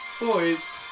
Boys